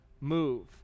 move